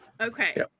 Okay